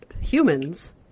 humans